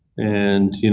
and, you know,